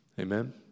Amen